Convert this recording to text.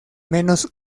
menos